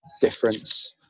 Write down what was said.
difference